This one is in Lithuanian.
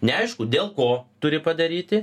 neaišku dėl ko turi padaryti